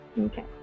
Okay